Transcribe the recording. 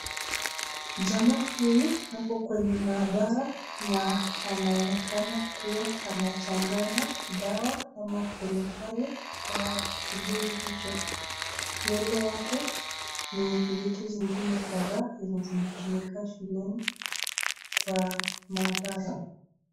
Jamaa huyu ako kwenye maabara na anaonekana kuwa anachanganya dawa ama kemikali kwa kibuyu hicho. Mbele yake ni vitu zingine kadhaa zenye zinatumika shuleni kwa maabara.